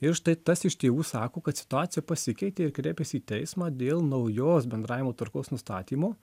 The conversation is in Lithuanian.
ir štai tas iš tėvų sako kad situacija pasikeitė ir kreipias į teismą dėl naujos bendravimo tvarkos nustatymo